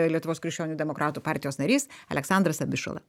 lietuvos krikščionių demokratų partijos narys aleksandras abišala